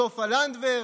סופה לנדבר,